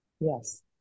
Yes